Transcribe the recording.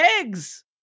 eggs